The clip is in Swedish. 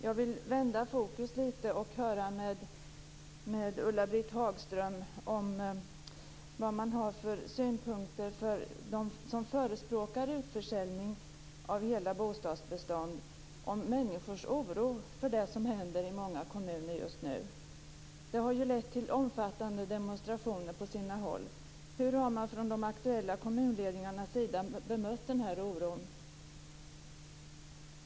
Jag vill vända fokus lite och höra med Ulla-Britt Hagström vad de som förespråkar utförsäljning har för synpunkter på människors oro för det som händer i många kommuner just nu. Det har ju lett till omfattande demonstrationer på sina håll. Hur har man från de aktuella kommunledningarnas sida bemött denna oro?